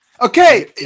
Okay